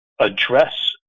address